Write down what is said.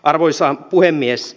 arvoisa puhemies